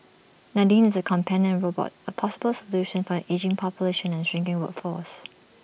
Nadine is A companion robot A possible solution for an ageing population and shrinking workforce